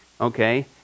okay